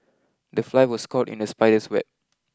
the fly was caught in the spider's web